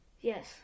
Yes